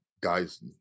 guys